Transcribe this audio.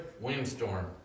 windstorm